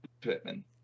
Pittman